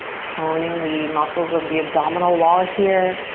toning the muscles of the abdominal wall here,